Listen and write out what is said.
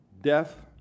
death